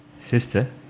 sister